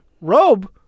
Robe